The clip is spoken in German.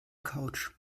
couch